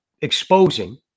exposing